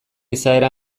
izaera